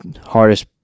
hardest